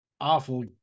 awful